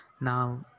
Now